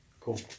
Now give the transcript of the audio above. Cool